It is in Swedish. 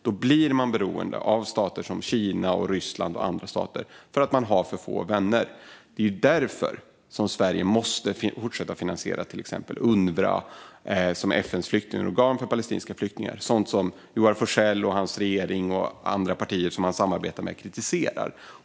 Då blir man beroende av stater som Kina och Ryssland och andra för att man har för få vänner. Därför måste Sverige fortsätta att finansiera till exempel UNRWA, som är FN:s flyktingorgan för palestinska flyktingar - sådant som Joar Forssell och hans regering och andra partier som han samarbetar med kritiserar.